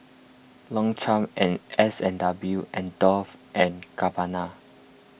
Longchamp and S and W and Dolce and Gabbana